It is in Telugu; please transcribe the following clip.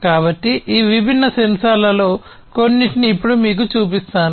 కాబట్టి ఈ విభిన్న సెన్సార్లలో కొన్నింటిని ఇప్పుడు మీకు చూపిస్తాను